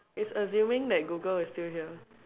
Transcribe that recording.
it's assuming that Google is still here